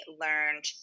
learned